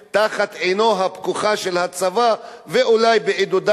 ואחר כך יורים בהם תחת עינו הפקוחה של הצבא ואולי בעידודו,